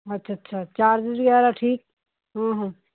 ਅੱਛ ਅੱਛਾ ਚਾਰਜਜ ਵਗੈਰਾ ਠੀਕ ਹੂੰ ਹੂੰ